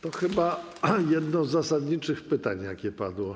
To chyba jedno z zasadniczych pytań, jakie padły.